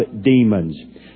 demons